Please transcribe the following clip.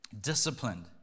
disciplined